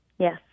Yes